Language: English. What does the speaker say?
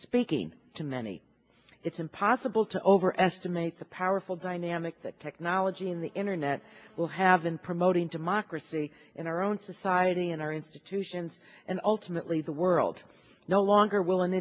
speaking to many it's impossible to overestimates a powerful dynamic that technology in the internet will have been promoting democracy in our own society and our institutions and ultimately the world no longer will